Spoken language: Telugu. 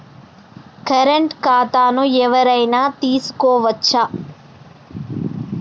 కరెంట్ ఖాతాను ఎవలైనా తీసుకోవచ్చా?